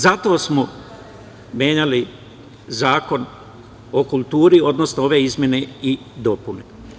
Zato smo menjali Zakon o kulturi, odnosno ove izmene i dopune.